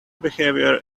behavior